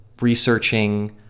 researching